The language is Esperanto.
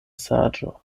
saĝo